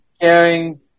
caring